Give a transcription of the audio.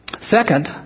Second